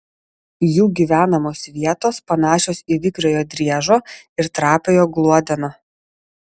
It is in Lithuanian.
jų gyvenamos vietos panašios į vikriojo driežo ir trapiojo gluodeno